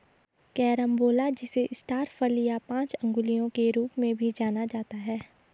carambola जिसे star फल या पांच अंगुलियों के रूप में भी जाना जाता है